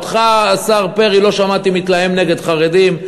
אותך, השר פרי, לא שמעתי מתלהם נגד חרדים.